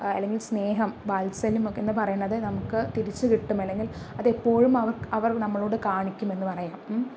അല്ലെങ്കിൽ സ്നേഹം വാത്സല്യം ഒക്കെ എന്നൊക്കെ പറയുന്നത് നമുക്ക് തിരിച്ചുകിട്ടും അല്ലെങ്കിൽ അത് എപ്പോഴും അവർ അവർ നമ്മളോട് കാണിക്കും എന്ന പറയാം